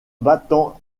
battant